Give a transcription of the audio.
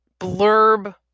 blurb